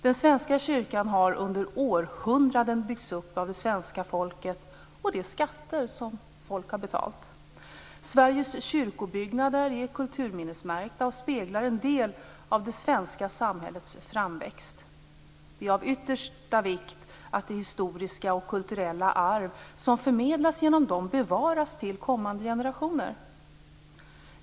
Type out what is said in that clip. Den svenska kyrkan har under århundraden byggts upp av det svenska folket genom inbetalda skatter. Sveriges kyrkobyggnader är kulturminnesmärkta och speglar en del av det svenska samhällets framväxt. Det är av yttersta vikt att det historiska och kulturella arv som förmedlas genom dem bevaras till kommande generationer.